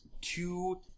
two